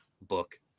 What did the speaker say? book